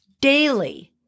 daily